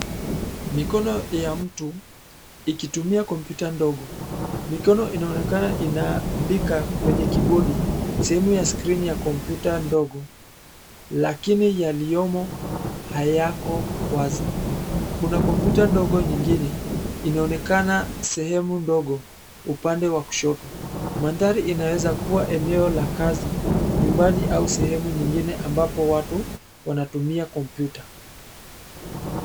Mikono ya mtu, ikitumia kompyuta ndogo. Mikono inaonekana inaandika kwenye kibodi, sehemu ya skrini ya kompyuta ndogo, lakini yaliyomo hayako wazi. Kuna kompyuta ndogo nyingine, inaonekana sehemu ndogo, upande wa kushoto. Mandhari inaweza kuwa eneo la kazi, nyumbani, au sehemu nyingine ambapo, watu wanatumia kompyuta.